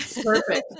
Perfect